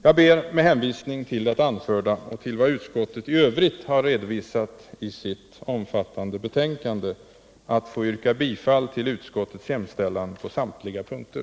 Jag ber med hänvisning till det anförda och till vad utskottet i övrigt har redovisat i sitt omfattande betänkande att få yrka bifall till utskottets hemställan på samtliga punkter.